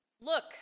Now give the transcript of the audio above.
Look